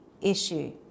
issue